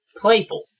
Playful